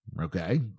okay